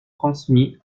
transmis